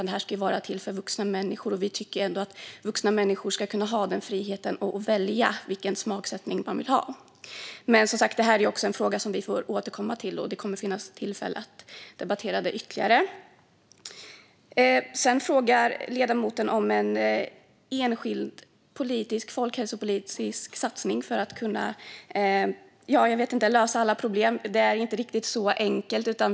De är för vuxna människor, och vi tycker att de ska ha friheten att välja vilken smaksättning de vill ha. Vi får som sagt återkomma till frågan, och det kommer att finnas tillfälle att debattera den ytterligare. Ledamoten efterfrågar en enskild folkhälsopolitisk satsning som kan lösa alla problem, men så enkelt är det inte.